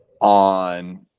on